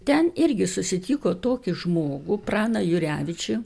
ten irgi susitiko tokį žmogų praną jurevičių